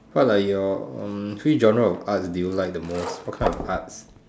what are your hmm few genres of arts do you like the most what kind of arts